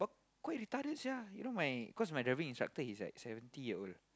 quite retarded sia you know my cause my driving instructor he's like seventy year old